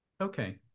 Okay